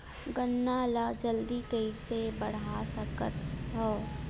गन्ना ल जल्दी कइसे बढ़ा सकत हव?